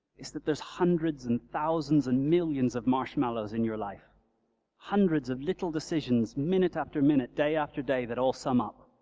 is that there're hundreds, and thousands, and millions of marshmallows in your life hundreds of little decisions, minute after minute, day after day that all sum up.